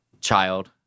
child